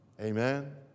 Amen